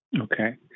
Okay